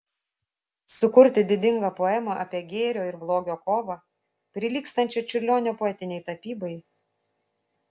sukurti didingą poemą apie gėrio ir blogio kovą prilygstančią čiurlionio poetinei tapybai